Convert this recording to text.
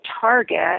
target